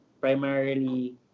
primarily